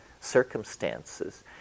circumstances